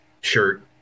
shirt